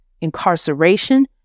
incarceration